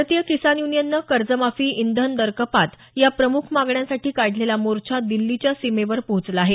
भारतीय किसान युनियननं कर्जमाफी इंधन दर कपात या प्रमुख मागण्यांसाठी काढलेला मोर्चा दिल्लीच्या सीमेवर पोहचला आहे